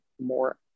more